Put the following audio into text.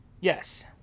Yes